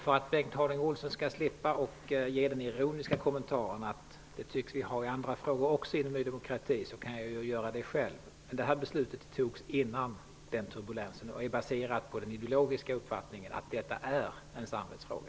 För att Bengt Harding Olson skall slippa att göra den ironiska kommentaren att vi i Ny demokrati tycks ha det också i andra frågor kan jag säga att det här beslutet fattades före den nuvarande turbulensen och är baserat på den ideologiska uppfattningen att detta är en samvetsfråga.